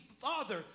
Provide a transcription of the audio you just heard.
Father